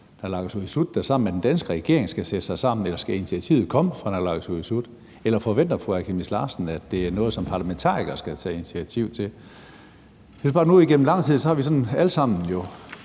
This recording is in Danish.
er naalakkersuisut, der sammen med den danske regering skal sætte sig sammen, eller skal initiativet komme fra naalakkersuisut? Eller forventer fru Aaja Chemnitz Larsen, at det er noget, som parlamentarikere skal tage initiativ til? Vi har nu igennem lang tid talt om det, og